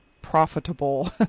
profitable